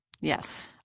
Yes